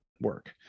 work